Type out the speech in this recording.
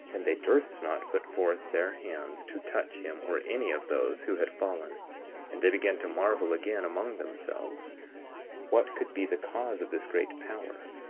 and they durst not put forth their hands to touch him or any of those who had fallen and they began to marvel again among themselves what could be the cause of this great power,